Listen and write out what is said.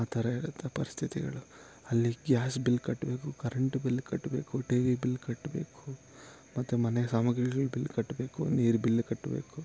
ಆ ಥರ ಇರುತ್ತೆ ಪರಿಸ್ಥಿತಿಗಳು ಅಲ್ಲಿ ಗ್ಯಾಸ್ ಬಿಲ್ ಕಟ್ಟಬೇಕು ಕರೆಂಟ್ ಬಿಲ್ ಕಟ್ಟಬೇಕು ಟಿ ವಿ ಬಿಲ್ ಕಟ್ಟಬೇಕು ಮತ್ತು ಮನೆ ಸಾಮಗ್ರಿಗಳ ಬಿಲ್ ಕಟ್ಟಬೇಕು ನೀರು ಬಿಲ್ ಕಟ್ಟಬೇಕು